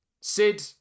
Sid